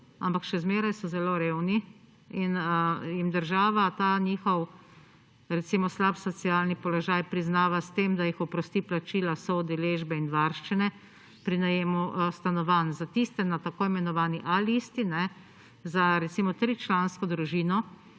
ampak še vedno so zelo revni in država ta njihov recimo slab socialni položaj priznava s tem, da jih oprosti plačila soudeležbe in varščine pri najemu stanovanj za tiste na tako imenovani a listi za recimo tričlansko družino,